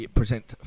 present